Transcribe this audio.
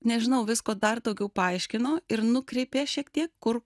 nežinau visko dar daugiau paaiškino ir nukreipė šiek tiek kur